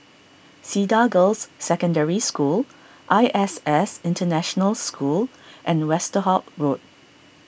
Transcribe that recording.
Cedar Girls' Secondary School I S S International School and Westerhout Road